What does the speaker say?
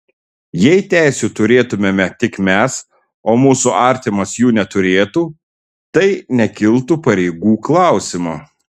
jei teisių turėtumėme tik mes o mūsų artimas jų neturėtų tai nekiltų pareigų klausimo